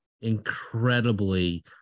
incredibly